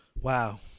Wow